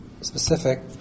specific